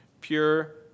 pure